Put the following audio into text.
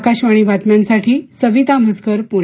आकाशवाणी बातम्यांसाठी सविता म्हसकर पुणे